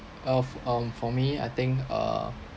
of um for me I think uh